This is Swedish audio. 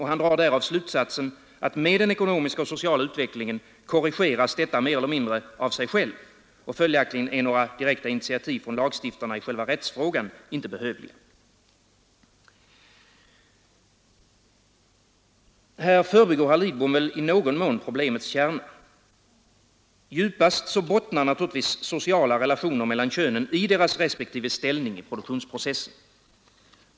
Han drar därav slutsatsen att med den ekonomiska och sociala utvecklingen korrigeras detta mer eller mindre av sig självt och följaktligen är några direkta initiativ från lagstiftarna i själva rättsfrågan inte behövliga. Här förbigår herr Lidbom i någon mån problemets kärna. Djupast bottnar naturligtvis sociala relationer mellan könen i deras respektive ställning i produktionsprocessen.